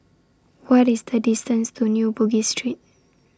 What IS The distance to New Bugis Street